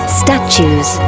statues